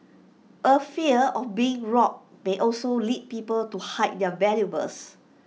A fear of being robbed may also lead people to hide their valuables